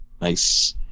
Nice